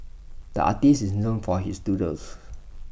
the artist is known for his doodles